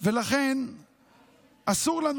לכן אסור לנו,